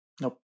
Nope